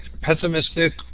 pessimistic